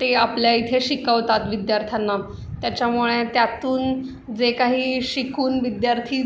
ते आपल्या इथे शिकवतात विद्यार्थ्यांना त्याच्यामुळे त्यातून जे काही शिकून विद्यार्थी